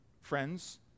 friends